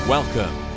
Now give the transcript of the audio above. Welcome